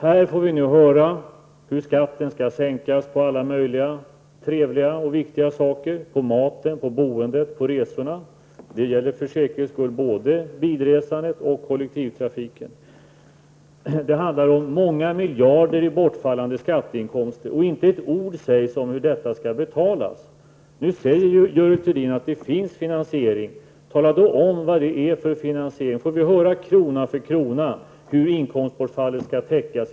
Här har vi hört hur skatten skall sänkas på alla möjliga trevliga och viktiga saker, på maten, på boendet och på resorna -- det gäller för säkerhets skull både bilresandet och kollektivtrafiken. Det handlar om många miljarder i bortfallande skatteinkomster, och inte ett ord sägs om hur detta skall betalas. Nu sade Görel Thurdin att finansieringen är ordnad. Tala då om vad det är för finansiering! Får vi höra krona för krona hur inkomstbortfallet skall täckas!